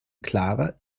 clara